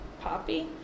poppy